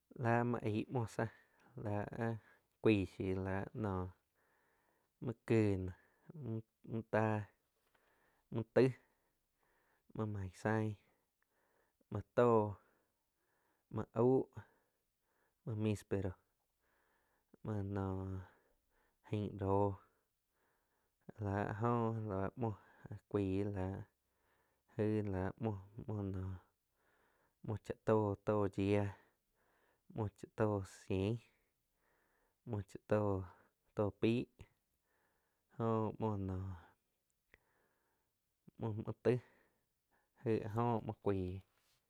Láh muoo aig muoh sáh láh áh cuaig shiuh la noh muo kiih noh muo táh, muo taig, muo main zain, muo tóh, muo aug, muo mispero, muo noh aing róh lá áh jo lá muoh áh cuaih la aig la muo, muo noh muo cha to-to yiá, muo cha tó cien muo cha tó peih jo muoh nóh muo muoh taih aig áh jóh muo cuaih.